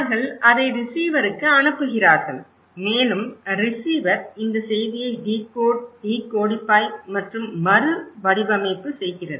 அவர்கள் அதை ரிசீவருக்கு அனுப்புகிறார்கள் மேலும் ரிசீவர் இந்த செய்தியை டிகோட் டிகோடிஃபை மற்றும் மறுவடிவமைப்பு செய்கிறது